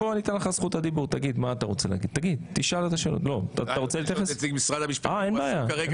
אני רוצה לשאול את נציג משרד המשפטים אם הוא כרגע